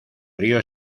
río